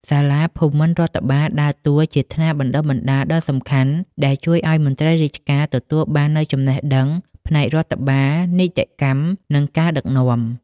សាលាភូមិន្ទរដ្ឋបាល ដើរតួជាថ្នាលបណ្តុះបណ្តាលដ៏សំខាន់ដែលជួយឱ្យមន្ត្រីរាជការទទួលបាននូវចំណេះដឹងផ្នែករដ្ឋបាល នីតិកម្ម និងការដឹកនាំ។